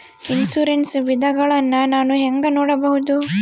Insurance ವಿಧಗಳನ್ನ ನಾನು ಹೆಂಗ ನೋಡಬಹುದು?